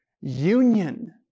Union